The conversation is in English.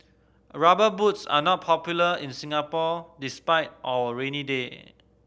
Rubber Boots are not popular in Singapore despite our rainy day